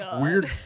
weird